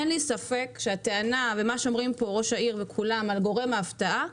אין לי ספק שהטענה ומה שאומרים פה ראש העיר וכולם על גורם ההפתעה,